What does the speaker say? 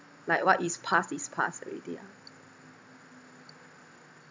like what is past is past already ah